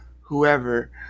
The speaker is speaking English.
whoever